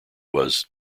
was